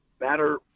matter